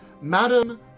Madam